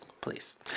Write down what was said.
Please